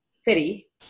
city